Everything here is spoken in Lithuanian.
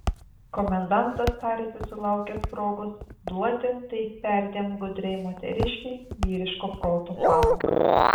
komendantas tarėsi sulaukęs progos duoti tai perdėm gudriai moteriškei vyriško proto pamoką